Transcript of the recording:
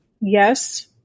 Yes